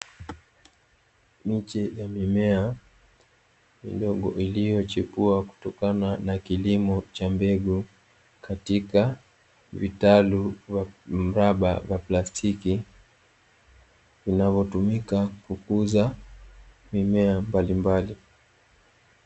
Miche ya mimea iliyochipua kutokana na kilimo cha mbegu katika vitalu mraba vya plastiki, vinavyotumika kukuza mimea mbalimbali.